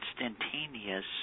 instantaneous